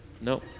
No